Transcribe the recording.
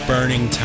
Burning